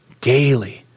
daily